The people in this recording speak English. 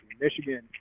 Michigan